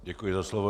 Děkuji za slovo.